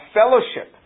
fellowship